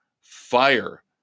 Fire